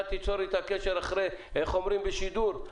אתה תיצור איתה קשר אחרי, איך אומרים בשידור?